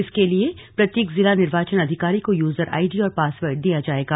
इसके लिए प्रत्येक जिला निर्वाचन अधिकारी को यूजर आईडी और पासवर्ड दिया जायेगा